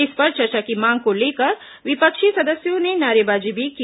इस पर चर्चा की मांग को लेकर विपक्षी सदस्यों ने नारेबाजी भी की